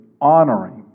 honoring